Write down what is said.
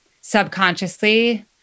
subconsciously